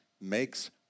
makes